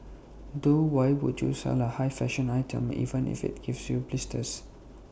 though why would you sell A high fashion item even if IT gives you blisters